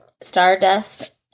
Stardust